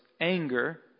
anger